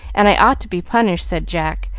and i ought to be punished, said jack,